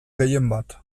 gehienbat